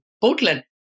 Portland